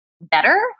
better